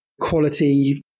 quality